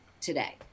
today